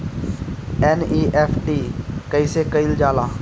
NEFT कइसे कइल जाला?